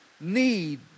need